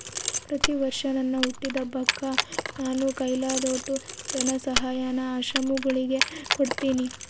ಪ್ರತಿವರ್ಷ ನನ್ ಹುಟ್ಟಿದಬ್ಬಕ್ಕ ನಾನು ಕೈಲಾದೋಟು ಧನಸಹಾಯಾನ ಆಶ್ರಮಗುಳಿಗೆ ಕೊಡ್ತೀನಿ